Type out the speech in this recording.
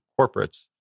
corporates